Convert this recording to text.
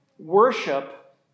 Worship